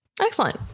Excellent